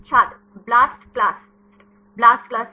छात्र ब्लास्टक्लास्ट ब्लास्टक्लस्ट